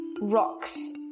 rocks